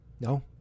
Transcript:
No